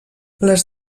les